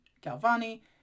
galvani